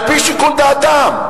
על-פי שיקול דעתם.